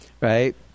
right